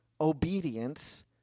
obedience